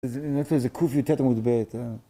זה קי"ט עמוד ב' ה...